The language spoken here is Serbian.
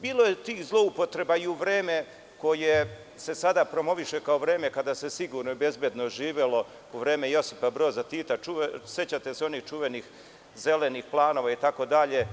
Bilo je tih zloupotreba i u vreme koje se sada promoviše kao vreme kada se sigurno i bezbedno živelo, u vreme Josipa Broza Tita, sećate se onih čuvenih zelenih planova itd.